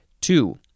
Two